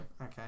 okay